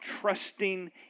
trusting